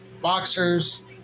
boxers